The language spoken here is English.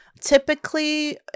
Typically